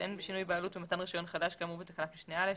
אין בשינוי בעלות ומתן רישיון חדש כאמור בתקנת משנה (א)